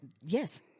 Yes